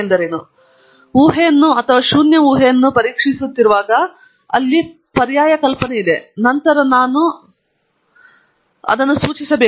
ನಾನು ಊಹೆಯನ್ನು ಅಥವಾ ಯಾವುದೇ ಶೂನ್ಯ ಊಹೆಯನ್ನು ಪರೀಕ್ಷಿಸುತ್ತಿರುವಾಗ ಅಲ್ಲಿ ಪರ್ಯಾಯ ಕಲ್ಪನೆ ಇದೆ ನಂತರ ನಾನು ಸೂಚಿಸಬೇಕಾಗಿದೆ